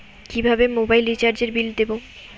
কিভাবে মোবাইল রিচার্যএর বিল দেবো?